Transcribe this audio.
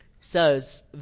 says